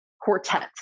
quartet